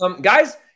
guys